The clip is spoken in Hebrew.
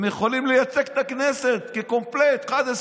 הם יכולים לייצג את הכנסת כקומפלט, 11